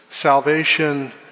salvation